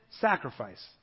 sacrifice